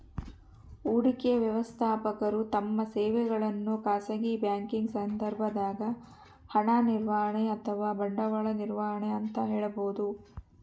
ಹೂಡಿಕೆ ವ್ಯವಸ್ಥಾಪಕರು ತಮ್ಮ ಸೇವೆಗಳನ್ನು ಖಾಸಗಿ ಬ್ಯಾಂಕಿಂಗ್ ಸಂದರ್ಭದಾಗ ಹಣ ನಿರ್ವಹಣೆ ಅಥವಾ ಬಂಡವಾಳ ನಿರ್ವಹಣೆ ಅಂತ ಹೇಳಬೋದು